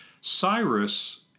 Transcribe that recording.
Cyrus